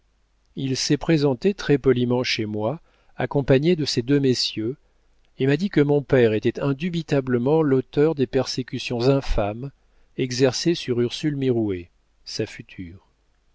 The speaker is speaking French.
il s'est présenté très-poliment chez moi accompagné de ces deux messieurs et m'a dit que mon père était indubitablement l'auteur des persécutions infâmes exercées sur ursule mirouët sa future